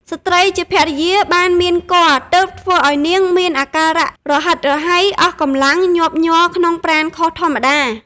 ស្ត្រីជាភរិយាបានមានគភ៌ ទើបធ្វើអោយនាងមានអាការៈរហិតរហៃអស់កម្លាំង ញាប់ញ័រ ក្នុងប្រាណខុសធម្មតា ។